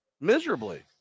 miserably